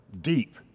deep